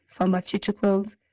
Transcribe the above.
pharmaceuticals